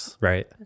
right